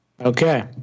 Okay